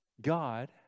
God